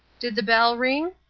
did the bell ring?